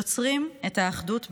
יוצרים את האחדות בפועלם.